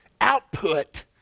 output